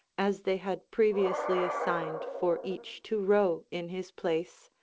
as they had previously assigned for each to row in his place,